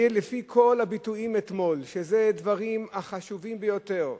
לפי כל הביטויים אתמול, אלה הדברים החשובים ביותר,